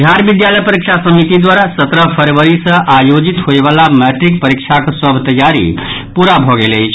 बिहार विद्यालय परीक्षा समिति द्वारा सत्रह फरवरी सॅ आयोजित होयवला मैट्रिक परीक्षाक सभ तैयारी पूरा भऽ गेल अछि